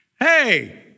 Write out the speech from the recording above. Hey